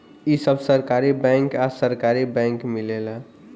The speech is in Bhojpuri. इ सब सहकारी बैंक आ सरकारी बैंक मिलेला